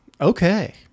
Okay